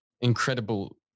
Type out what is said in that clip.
incredible